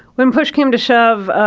when push came to shove,